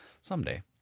Someday